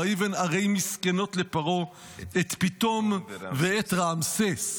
ויִבן ערי מסכנות לפרעה את פתם --" ואת רעמסס.